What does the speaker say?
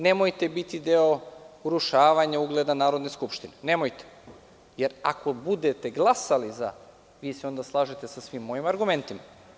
Nemojte biti deo urušavanja ugleda Narodne skupštine, jer ako budete glasali, vi se onda slažete sa svim mojim argumentima.